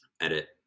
edit